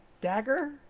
Dagger